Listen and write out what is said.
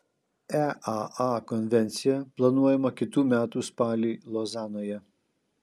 eaa konvencija planuojama kitų metų spalį lozanoje